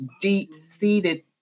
deep-seated